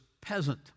peasant